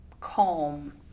calm